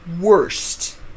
worst